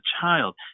child